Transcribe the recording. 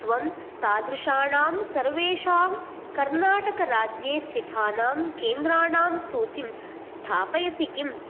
त्वं तादृशाणां सर्वेषां कर्नाटकराज्ये स्थितानां केन्द्राणां सूचीं स्थापयसि किम्